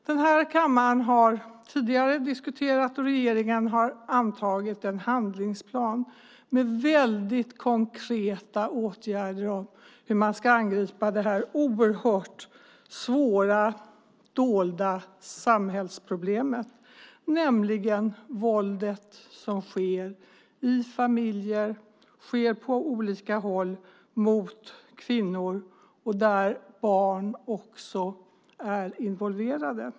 Den här kammaren har tidigare diskuterat och regeringen har antagit en handlingsplan med väldigt konkreta åtgärder för att angripa detta oerhört svåra, dolda samhällsproblem, nämligen det våld som sker i familjer och på olika håll mot kvinnor och där barn också är involverade.